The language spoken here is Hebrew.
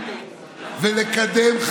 הממשלה, לבין הרשות